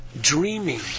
dreaming